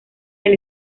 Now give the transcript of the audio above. del